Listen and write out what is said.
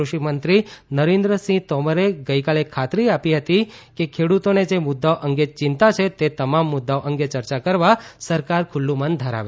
કૃષિમંત્રી નરેન્દ્રસિંહ તોમરે ગઈકાલે ખાતરી આપી હતી કે ખેડૂતોને જે મુદ્દાઓ અંગે ચિંતા છે તે તમામ મુદ્દાઓ અંગે ચર્ચા કરવા સરકાર ખુલ્લુ મન ધરાવે છે